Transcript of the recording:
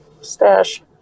stash